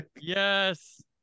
Yes